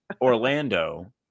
Orlando